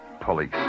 police